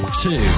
Two